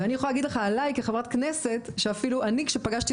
אני יכולה להגיד לך עליי כחברת כנסת שאפילו אני כשפגשתי